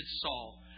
Saul